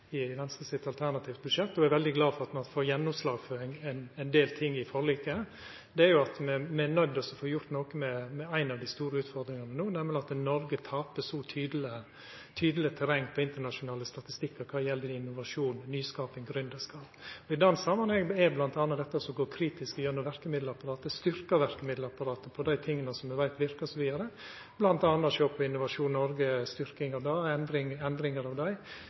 i Venstre har ei stor rekkje med ulike tiltak i vårt alternative budsjett – me er veldig glade for at me har fått gjennomslag for ein del ting i forliket – er jo at me er nøydde til å få gjort noko med ei av dei store utfordringane no, nemleg at Noreg tapar så tydeleg terreng på internasjonale statistikkar kva gjeld innovasjon, nyskaping og gründerskap. I den samanhengen må me bl.a. gå kritisk gjennom verkemiddelapparatet, styrka verkemiddelapparatet på dei tinga som me veit verkar osv., bl.a. sjå på Innovasjon Norge og styrking og endringar av